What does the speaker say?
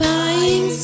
Buying